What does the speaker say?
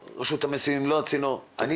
רשות המסים כן צינור או לא צינור, אני